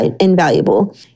invaluable